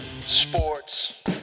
sports